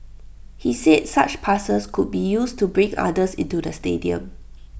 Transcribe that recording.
he said such passes could be used to bring others into the stadium